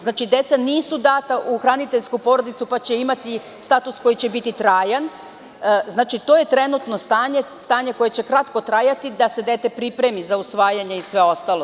Znači deca nisu data u hraniteljsku porodicu pa će imati status koji će biti trajan, to je trenutno stanje, stanje koje će kratko trajati da se dete pripremi za usvajanje i sve ostalo.